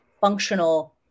functional